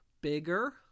Bigger